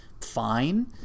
fine